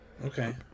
Okay